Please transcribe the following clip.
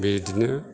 बेदिनो